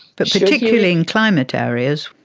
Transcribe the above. but particularly in climate areas.